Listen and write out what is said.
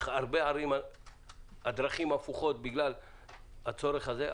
בהרבה ערים הדרכים הפוכות בגלל הצורך הזה,